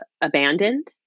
abandoned